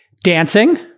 dancing